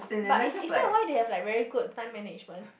but is is they are why they have a very good time management